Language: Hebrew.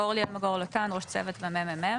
אורלי אלמגור, ראש צוות ב-ממ״מ.